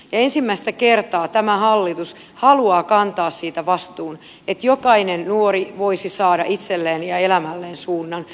ensimmäistä kertaa tämä hallitus haluaa kantaa siitä vastuun että jokainen nuori voisi saada itselleen ja elämälleen suunnan